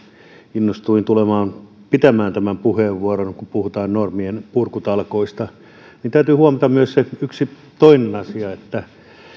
innostuin tulemaan pitämään tämän puheenvuoron kun puhutaan normienpurkutalkoista niin täytyy huomata myös se yksi toinen asia että